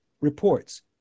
reports